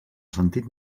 sentit